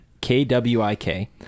K-W-I-K